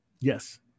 Yes